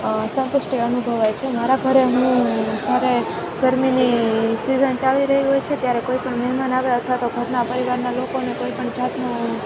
સંતુષ્ટી અનુભવાય છે મારા ઘરે હું જ્યારે ગરમીની સીજન ચાલી રહી હોય છે ત્યારે કોઈપણ મહેમાન આવે અથવા તો ઘરના પરિવારના લોકોને કોઈપણ જાતનો